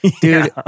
Dude